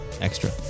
Extra